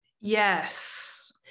yes